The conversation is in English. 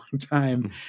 time